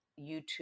YouTube